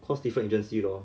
cause different agency lor